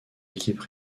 équipes